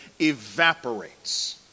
evaporates